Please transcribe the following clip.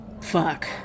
Fuck